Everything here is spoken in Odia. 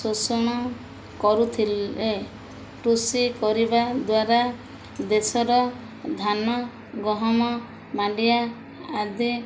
ଶୋଷଣ କରୁଥିଲେ କୃଷି କରିବା ଦ୍ୱାରା ଦେଶର ଧାନ ଗହମ ମାଣ୍ଡିଆ ଆଦି